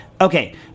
Okay